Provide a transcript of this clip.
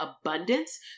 abundance